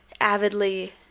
avidly